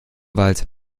wald